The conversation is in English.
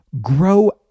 grow